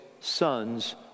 sons